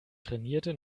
trainierte